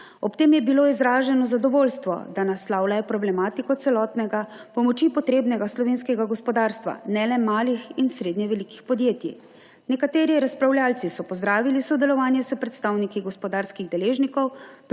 Ob tem je bilo izraženo zadovoljstvo, da naslavljajo problematiko celotnega, pomoči potrebnega slovenskega gospodarstva, ne le malih in srednje velikih podjetij. Nekateri razpravljavci so pozdravili sodelovanje s predstavniki gospodarskih deležnikov